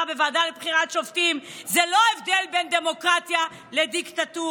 בוועדה לבחירת שופטים זה לא הבדל בין דמוקרטיה לדיקטטורה.